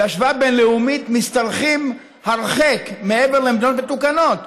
בהשוואה בין-לאומית משתרכים הרחק מעבר למדינות מתוקנות.